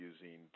using